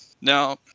now